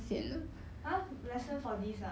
mm